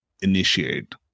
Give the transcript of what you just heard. initiate